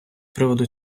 приводу